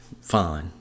Fine